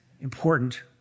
important